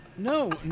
No